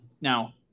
now